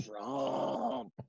Trump